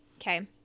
Okay